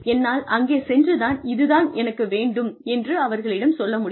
என்னால் அங்கே சென்று இதுதான் எனக்கு வேண்டும் என்று அவர்களிடம் சொல்ல முடியும்